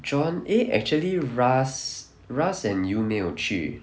john eh actually ras ras and you 没有去